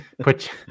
put